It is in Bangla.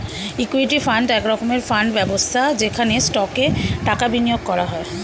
ইক্যুইটি ফান্ড এক রকমের ফান্ড ব্যবস্থা যেখানে স্টকে টাকা বিনিয়োগ করা হয়